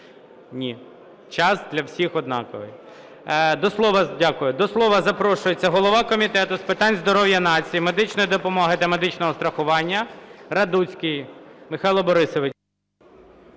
Час для всіх однаковий. Дякую. До слова запрошується голова Комітету з питань здоров'я нації, медичної допомоги та медичного страхування Радуцький Михайло Борисович.